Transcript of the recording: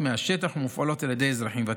מהשטח ומופעלות על ידי אזרחים ותיקים.